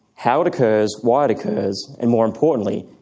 how it occurs, why it occurs and, more importantly,